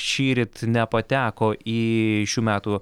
šįryt nepateko į šių metų